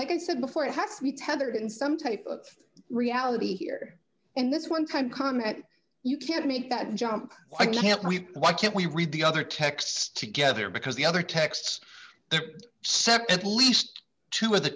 like i said before it has to be tethered in some type of reality here in this one time comment you can't make that jump why can't we why can't we read the other texts together because the other texts sept at least two of the